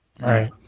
Right